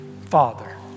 father